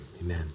amen